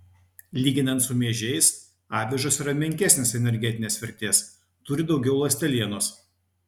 lyginant su miežiais avižos yra menkesnės energetinės vertės turi daugiau ląstelienos